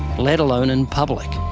let alone in public.